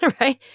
Right